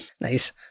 Nice